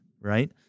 right